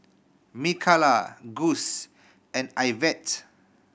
Mikala Gus and Ivette